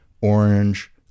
orange